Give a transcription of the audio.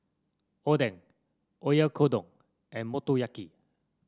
Oden Oyakodon and Motoyaki